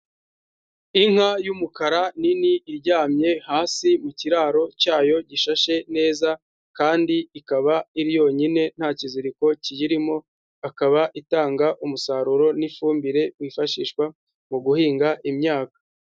Inka y'umukara nini iryamye hasi mu kiraro cyayo gishashe neza kandi ikaba iri yonyine nta kiziriko kiyirimo, akaba itanga umusaruro n'ifumbire wifashishwa mu guhinga imyaka.